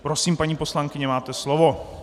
Prosím paní poslankyně, máte slovo.